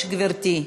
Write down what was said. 6, גברתי?